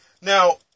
Now